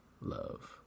love